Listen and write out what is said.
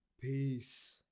Peace